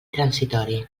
transitori